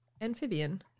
amphibian